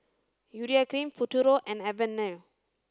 Urea Cream Futuro and Avene